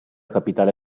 capitale